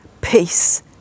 peace